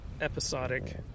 episodic